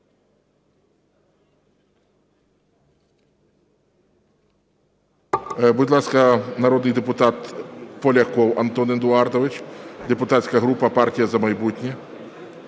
Будь ласка, народний депутат Поляков Антон Едуардович, депутатська група партія "За майбутнє".